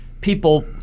people